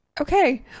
okay